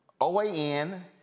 OAN